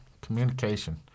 Communication